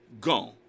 Gone